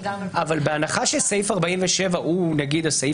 בהנחה שסעיף 47 לפקודת הראיות הוא נגיד הסעיף